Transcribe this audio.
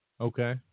Okay